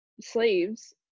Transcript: slaves